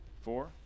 four